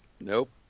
Nope